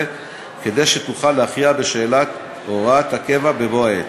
כדי שתוכל להכריע בשאלת הוראת הקבע בבוא העת.